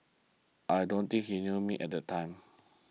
I don't thinking he knew the me at the time